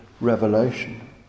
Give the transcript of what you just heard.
revelation